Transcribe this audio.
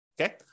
Okay